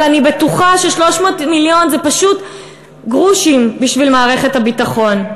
אבל אני בטוחה ש-300 מיליון זה פשוט גרושים בשביל מערכת הביטחון.